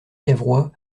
cavrois